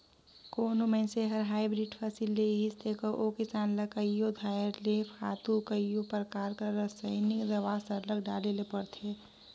कोनो मइनसे हर हाईब्रिड फसिल लेहिस तेकर ओ किसान ल कइयो धाएर ले खातू कइयो परकार कर रसइनिक दावा सरलग डाले ले परथे